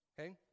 okay